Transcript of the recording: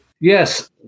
Yes